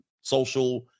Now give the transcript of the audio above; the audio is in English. social